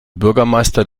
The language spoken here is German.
bürgermeister